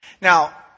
Now